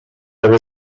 there